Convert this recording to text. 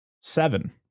seven